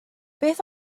beth